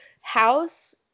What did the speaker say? house